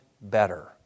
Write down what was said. better